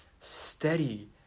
steady